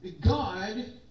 God